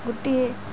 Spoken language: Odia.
ଗୋଟିଏ